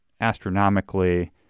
astronomically